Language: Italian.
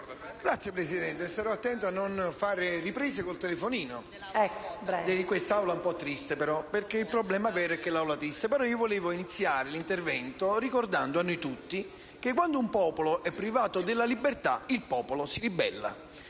Signora Presidente, sarò attento a non fare riprese con il telefonino in quest'Aula un po' triste, perché il problema vero è l'Aula triste. Volevo iniziare l'intervento ricordando a noi tutti che quando un popolo è privato della libertà si ribella.